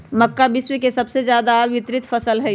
मक्का विश्व के सबसे ज्यादा वितरित फसल हई